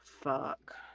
fuck